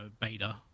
beta